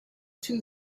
two